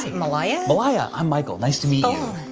malaya. malaya, i'm michael nice to meet you.